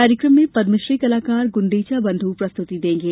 कार्यक्रम में पद्मश्री कलाकार गुंदेचा बंधु प्रस्तुति देंगे